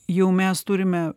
jau mes turime